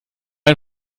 ein